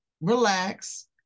relax